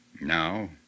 Now